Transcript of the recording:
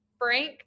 Frank